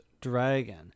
dragon